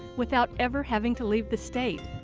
without ever having to leave the state?